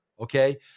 Okay